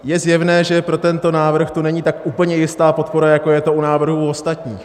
Je zjevné, že pro tento návrh tu není tak úplně jistá podpora, jako je tomu u návrhů ostatních.